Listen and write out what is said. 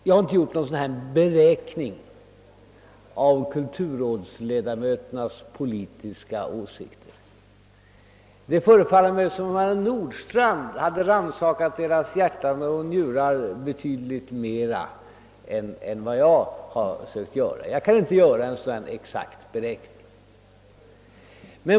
Jag har inte gjort någon närmare bedömning av kulturrådsledamöternas politiska åsikter; det förefaller mig som om herr Nordstrandh hade rannsakat deras hjärtan och njurar betydligt mer än vad jag har sökt göra.